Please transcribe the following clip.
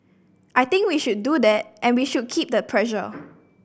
I think we should do that and we should keep the pressure